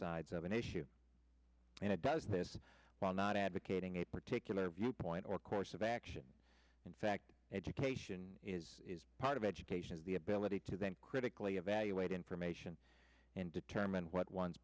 sides of an issue and it does this while not advocating a particular viewpoint or course of action in fact education is part of education is the ability to think critically evaluate information and determine what one